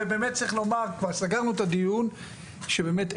וצריך לומר שאין פה,